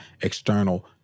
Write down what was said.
external